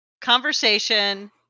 conversation